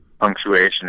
punctuation